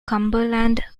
cumberland